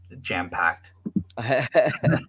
jam-packed